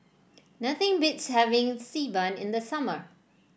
nothing beats having Xi Ban in the summer